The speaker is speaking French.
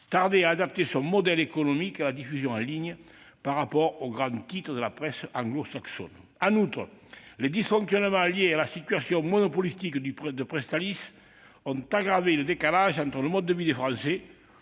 tardé à adapter son modèle économique à la diffusion en ligne, par rapport aux grands titres de la presse anglo-saxonne. En outre, les dysfonctionnements liés à la situation monopolistique de Presstalis ont aggravé le décalage entre le mode de vie des Français,